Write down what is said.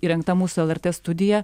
įrengta mūsų lrt studija